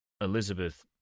Elizabeth